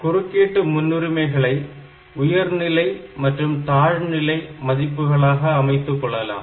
குறுக்கீட்டு முன்னுரிமைகளை உயர்நிலை மற்றும் தாழ்நிலை மதிப்புக்களாக அமைத்துக்கொள்ளலாம்